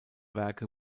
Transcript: werke